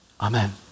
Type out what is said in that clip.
Amen